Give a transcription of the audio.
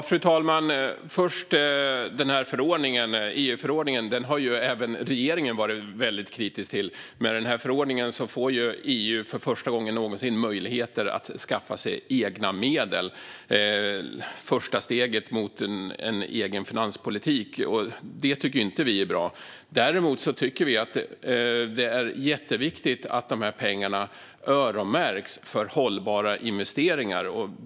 Fru talman! EU-förordningen har även regeringen varit kritisk mot. Med förordningen får EU för första gången någonsin möjligheter att skaffa sig egna medel, det vill säga första steget mot en egen finanspolitik. Det tycker vi inte är bra. Däremot tycker vi att det är jätteviktigt att pengarna öronmärks för hållbara investeringar.